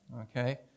Okay